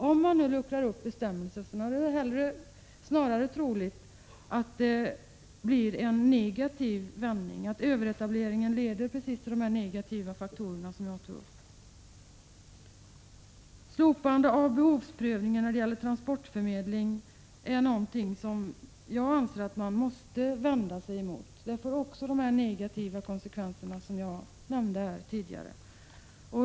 Om man luckrar upp bestämmelserna är det snarare troligt att det blir en negativ vändning och att överetableringen leder till de negativa effekter som jag talade om. Ett slopande av behovsprövningen när det gäller transportförmedling är något som jag anser att man måste vända sig emot. Det får också de negativa konsekvenser jag nämnde tidigare.